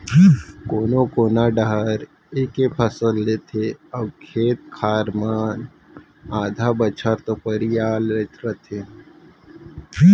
कोनो कोना डाहर एके फसल लेथे अउ खेत खार मन आधा बछर तो परिया रथें